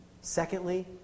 Secondly